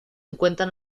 encuentran